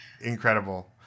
Incredible